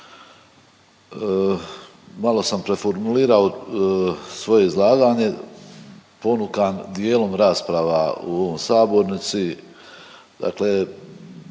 Malo sam preformulirao svoje izlaganje ponukan dijelom rasprava u ovoj sabornici,